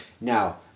Now